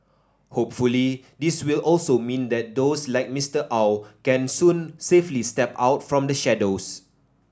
hopefully this will also mean that those like Mister Aw can soon safely step out from the shadows